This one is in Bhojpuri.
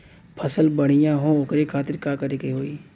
फसल बढ़ियां हो ओकरे खातिर का करे के होई?